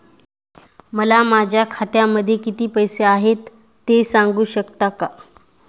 मला माझ्या खात्यामध्ये किती पैसे आहेत ते सांगू शकता का?